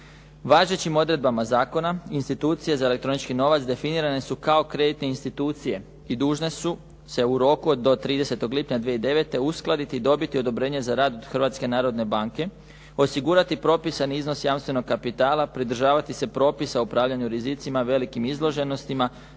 Važećim odredbama zakona institucije za elektronički novac definirane su kao kreditne institucije i dužne su se u roku do 30. lipnja 2009. uskladiti i dobiti odobrenje za rad Hrvatske narodne banke, osigurati propisani iznos jamstvenog kapitala, pridržavati se propisa o upravljanju rizicima, velikim izloženostima,